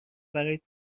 برای